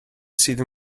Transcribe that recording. sydd